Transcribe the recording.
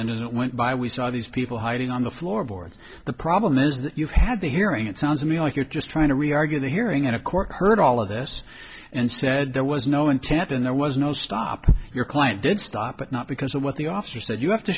and as it went by we saw these people hiding on the floorboards the problem is that you've had the hearing it sounds to me like you're just trying to reargue a hearing in a court heard all of this and said there was no intent in there was no stop your client did stop it not because of what the officer said you have to